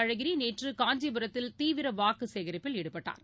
அழகிரி நேற்றுகாஞ்சிபுரத்தில் திரு தீவிரவாக்குசேகரிப்பில் ஈடுபட்டார்